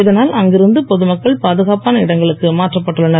இதனால் அங்கிருந்து பொதுமக்கள் பாதுகாப்பான இடங்களுக்கு மாற்றப்பட்டுள்ளனர்